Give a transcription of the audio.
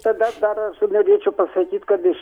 tada dar aš norėčiau pasakyt kad iš